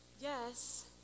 Yes